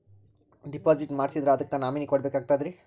Deposit ಮಾಡ್ಸಿದ್ರ ಅದಕ್ಕ nominee ಕೊಡಬೇಕಾಗ್ತದ್ರಿ?